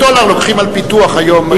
50,000 דולר לוקחים על פיתוח היום.